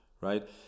Right